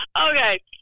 Okay